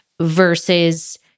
versus